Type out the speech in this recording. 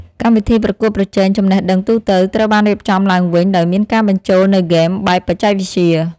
កម្មវិធីប្រកួតប្រជែងចំណេះដឹងទូទៅត្រូវបានរៀបចំឡើងវិញដោយមានការបញ្ចូលនូវហ្គេមបែបបច្ចេកវិទ្យា។